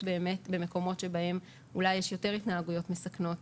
במקומות בהם יש יותר התנהגויות מסכנות,